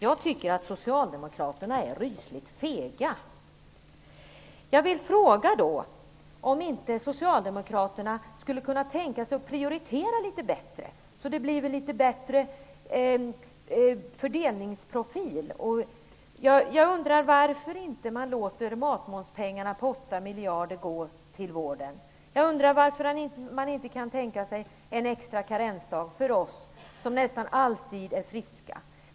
Jag tycker att socialdemokraterna är rysligt fega. Jag vill fråga om inte socialdemokraterna skulle kunna tänka sig att prioritera litet bättre så att det blir en bättre fördelningsprofil. Jag undrar varför man inte låter matmomspengarna på 8 miljarder gå till vården. Jag undrar varför man inte kan tänka sig en extra karensdag för oss som nästan alltid är friska.